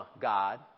God